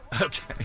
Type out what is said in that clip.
Okay